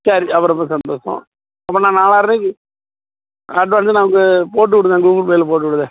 சரி அப்போ ரொம்ப சந்தோஷம் அப்போ நான் நாலாயரூபாக்கி அட்வான்ஸை போட்டுடுறேன் கூகுள்பேயில் போட்டுடுறேன்